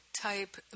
type